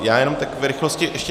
Já jenom v rychlosti ještě